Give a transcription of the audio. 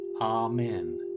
Amen